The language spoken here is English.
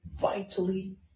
vitally